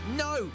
no